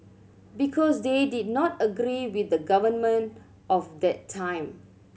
because they did not agree with the government of that time